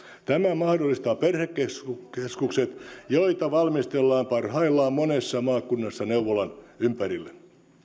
tämä mahdollistaa perhekeskukset joita valmistellaan parhaillaan monessa maakunnassa neuvolan ympärille